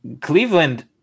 Cleveland